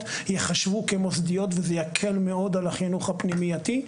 ייחשבו כמוסדיות וזה יקל מאוד על החינוך הפנימייתי.